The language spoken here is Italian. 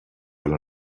alla